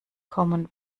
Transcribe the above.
kommen